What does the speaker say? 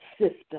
system